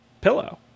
pillow